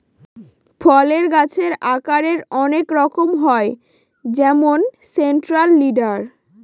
ফলের গাছের আকারের অনেক রকম হয় যেমন সেন্ট্রাল লিডার